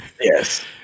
Yes